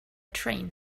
train